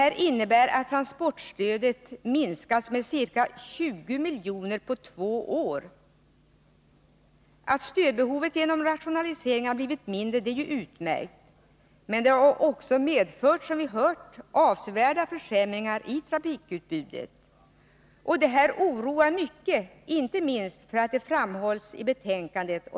Det innebär att transportstödet minskas med ca 20 milj.kr. på två år. Att stödbehovet genom rationaliseringar blivit mindre är ju utmärkt. Men det har, som vi hört, också medfört avsevärda försämringar i trafikutbudet. Det här oroar mycket, inte minst därför att det framhålls i betänkandet.